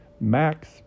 Max